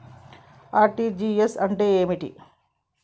RTGS అంటే ఏమిటి?